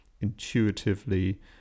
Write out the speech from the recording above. intuitively